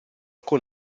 con